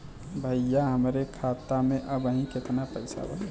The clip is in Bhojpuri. भईया हमरे खाता में अबहीं केतना पैसा बा?